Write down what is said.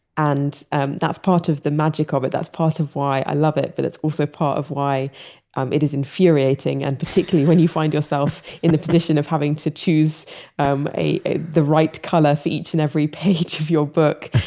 and ah that's part of the magic ah of it. that's part of why i love it, but it's also part of why um it is infuriating and particularly when you find yourself in the position of having to choose um the right color for each and every page of your book.